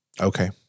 Okay